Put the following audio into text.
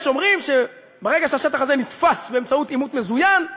יש אומרים שברגע שהשטח הזה נתפס באמצעות עימות מזוין,